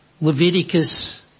Leviticus